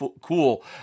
cool